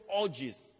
orgies